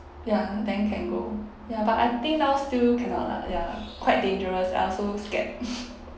ya then can go ya but I think now still cannot lah ya quite dangerous I also scared